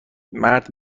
مرد